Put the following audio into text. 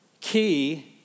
Key